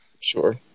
Sure